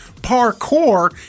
parkour